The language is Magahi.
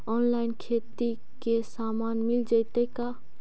औनलाइन खेती के सामान मिल जैतै का?